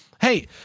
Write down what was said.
hey